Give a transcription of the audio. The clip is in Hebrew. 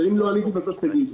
אם לא עניתי בסוף, תגידו.